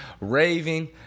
raving